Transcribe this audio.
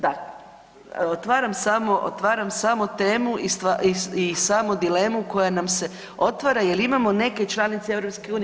Da, otvaram samo temu i samu dilemu koja nam se otvara, jer imamo neke članice EU.